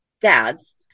dads